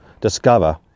discover